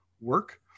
work